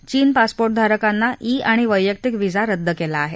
चीन पासपोर्टधारकांना ई आणि वैयक्तिक वीजा रद्द केला आहे